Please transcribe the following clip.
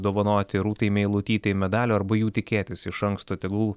dovanoti rūtai meilutytei medalio arba jų tikėtis iš anksto tegul